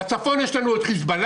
בצפון יש לנו את חיזבאללה,